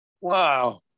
wow